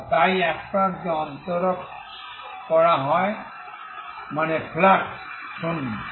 বা তাই এই প্রান্তে অন্তরক করা হয় মানে ফ্লাক্স শূন্য